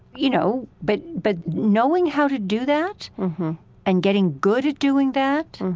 you know, but but knowing how to do that and getting good at doing that,